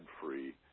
free